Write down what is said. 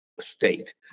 state